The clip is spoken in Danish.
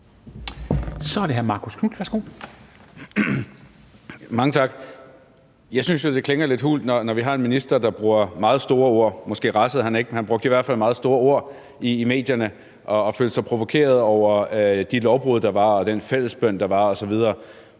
Kl. 13:30 Marcus Knuth (KF): Mange tak. Jeg synes jo, det klinger lidt hult, når vi har en minister, der bruger meget store ord. Måske rasede han ikke, men han brugte i hvert fald meget store ord i medierne og følte sig provokeret over de lovbrud, der var, og den fælles bøn, der var, osv.